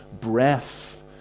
breath